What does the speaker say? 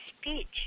speech